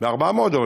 ב-400 דולר,